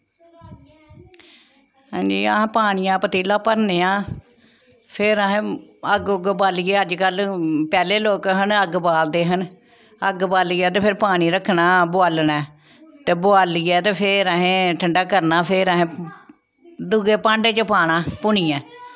अस पानियां दा पतीला भरने आं फिर असें अग्ग उग्ग बालियै अजकल्ल पैह्ले लोग हन अग्ग बालदे हन अग्ग बालियै ते फिर पानी रक्खना ते बोआलना ते बोआलियै ते फिर असें ठंडा करना फिर असें दुऐ भांडे च पाना पुनियै